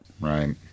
Right